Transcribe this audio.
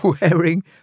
wearing